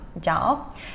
job